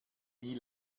nie